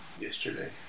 yesterday